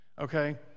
okay